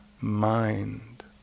mind